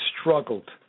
struggled